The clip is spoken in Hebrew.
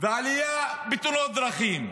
ועלייה בתאונות דרכים,